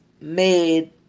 made